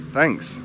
Thanks